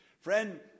Friend